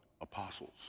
apostles